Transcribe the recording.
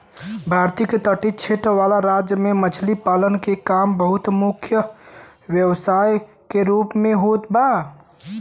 भारत के तटीय क्षेत्र वाला राज्य में मछरी पालन के काम मुख्य व्यवसाय के रूप में होत बा